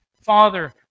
father